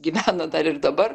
gyvena dar ir dabar